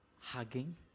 hugging